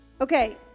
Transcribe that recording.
okay